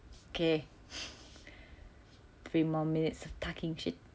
okay three more minutes of talking shit